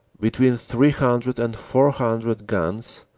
between three hundred and four hundred guns,